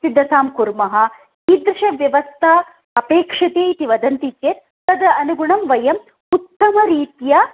सिद्धतां कुर्मः कीदृशव्यवस्था अपेक्ष्यते इति वदन्ति चेत् तद् अनुगुणम् उत्तमरीत्या